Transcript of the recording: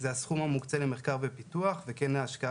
הם הסכום המוקצה למחקר ופיתוח וכן להשקעה